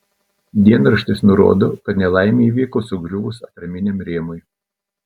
dienraštis nurodo kad nelaimė įvyko sugriuvus atraminiam rėmui